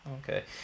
Okay